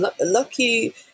lucky